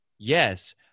Yes